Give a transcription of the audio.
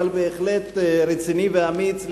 אבל בהחלט רציני ואמיץ,